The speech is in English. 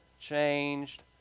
changed